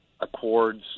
accords